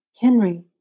Henry